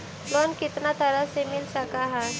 Loan कितना तरह से मिल सक है?